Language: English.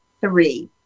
three